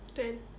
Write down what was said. then